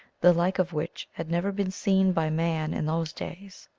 the like of which had never been seen by man in those days.